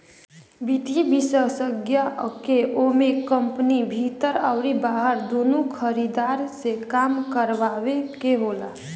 वित्तीय विषेशज्ञ कअ मेन काम कंपनी भीतर अउरी बहरा दूनो खरीदार से काम करावे कअ होला